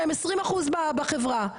שהם 20% בחברה,